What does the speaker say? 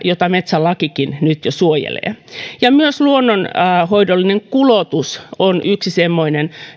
joita metsälakikin nyt jo suojelee myös luonnonhoidollinen kulotus on yksi semmoinen